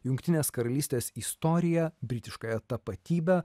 jungtinės karalystės istoriją britiškąją tapatybę